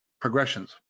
progressions